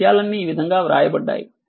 ఈ విషయాలన్నీ ఈ విధంగా వ్రాయబడ్డాయి